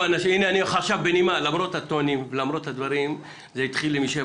למרות הדברים, למרות להט